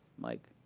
mike,